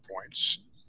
points